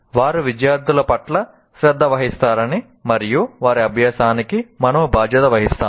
వారు విద్యార్థుల పట్ల శ్రద్ధ వహిస్తారని మరియు వారి అభ్యాసానికి మనము బాధ్యత వహిస్తాము